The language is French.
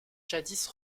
jadis